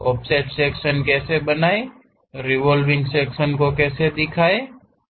offset section कैसे बनाएं revolving section को कैसे दिखाये